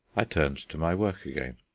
i turned to my work again.